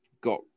got